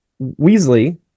Weasley